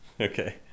okay